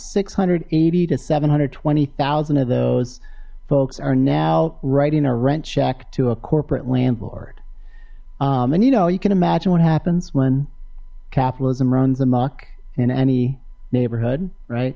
six hundred and eighty to seven hundred and twenty thousand of those folks are now writing a rent check to a corporate landlord and you know you can imagine what happens when capitalism runs amok in any neighborhood right